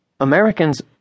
Americans